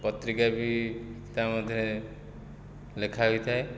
ପତ୍ରିକା ବି ତା'ମଧ୍ୟେ ଲେଖା ହୋଇଥାଏ